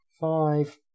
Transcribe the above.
Five